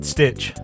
Stitch